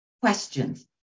questions